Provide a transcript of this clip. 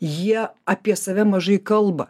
jie apie save mažai kalba